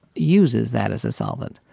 uses that as a solvent.